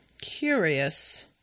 Curious